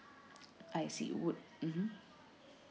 I see would mmhmm